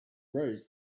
rows